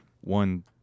one